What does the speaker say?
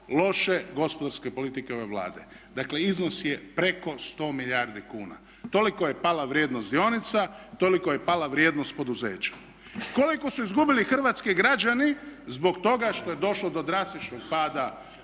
loše gospodarske politike ove Vlade. Dakle iznos je preko 100 milijardi kuna, toliko je pala vrijednost dionica, toliko je pala vrijednost poduzeća. Koliko su izgubili hrvatski građani zbog toga što je došlo do drastičnog pada